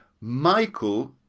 Michael